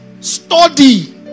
study